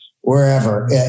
wherever